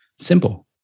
Simple